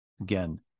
Again